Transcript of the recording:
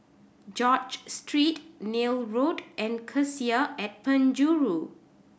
George Street Neil Road and Cassia at Penjuru